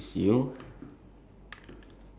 ya that's cool ya